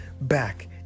back